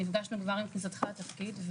שנפגשנו כבר עם כניסתך לתפקיד.